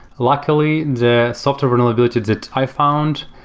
luckily, the software vulnerability that i found,